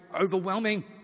overwhelming